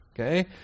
okay